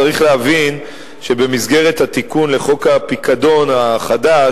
צריך להבין שבמסגרת התיקון לחוק הפיקדון החדש,